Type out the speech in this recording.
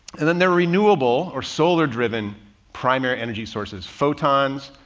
and then their renewable or solar driven primary energy sources, photons,